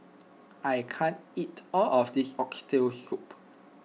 I can't eat all of this Oxtail Soup